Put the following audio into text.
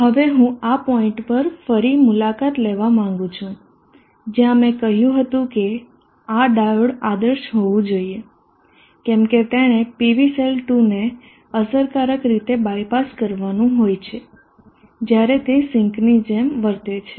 હવે હું આ પોઈન્ટ પર ફરી મુલાકાત લેવા માંગું છું જ્યાં મેં કહ્યું હતું કે આ ડાયોડ આદર્શ હોવું જોઈએ કેમ કે તેણે PV સેલ 2 ને અસરકારક રીતે બાયપાસ કરવાનું હોય છે જ્યારે તે સિંકની જેમ વર્તે છે